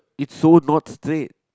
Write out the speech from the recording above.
it's so not straight